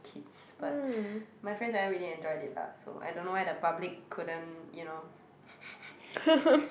kids but my friends and I really enjoyed it lah so I don't know why the public couldn't you know